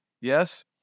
Yes